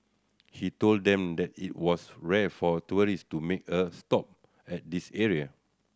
he told them that it was rare for tourist to make a stop at this area